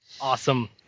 Awesome